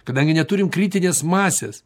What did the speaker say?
kadangi neturim kritinės masės